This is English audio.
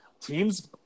teams